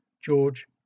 George